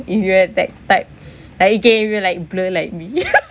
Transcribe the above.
if you have that type like it gave you like blur like me